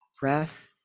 breath